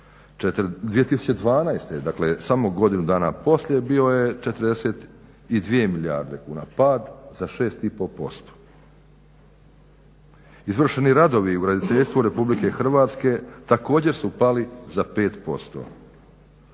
2012. dakle samo godinu dana poslije bio je 42 milijarde kuna, pad za 6 i pol posto. Izvršeni radovi u graditeljstvu RH također su pali za 5%.